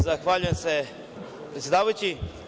Zahvaljujem se predsedavajući.